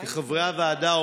כחברי הוועדה,